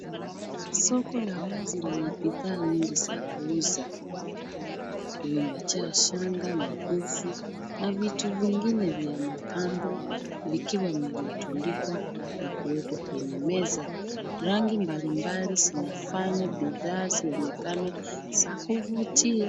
Soko la wazi lenye bidhaa mingi za kuuza limejaa shanga, mikufu na vitu vingine vya mapambo vikiwa vimetundikwa na kuwekwa kwenye meza. Rangi mbalimbali zinafanya bidhaa zionekane za kuvutia.